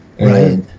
Right